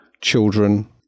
children